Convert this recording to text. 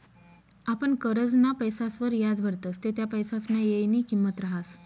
आपण करजंना पैसासवर याज भरतस ते त्या पैसासना येयनी किंमत रहास